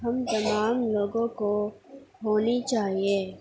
ہم تمام لوگوں کو ہونی چاہیے